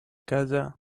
calla